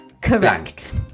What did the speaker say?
correct